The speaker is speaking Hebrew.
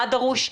מה דרוש,